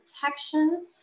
protection